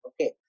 Okay